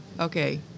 okay